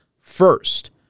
first